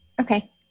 Okay